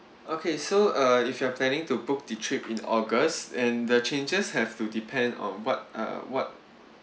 okay so uh if you are planning to book the trip in august and the changes have to depend on what uh what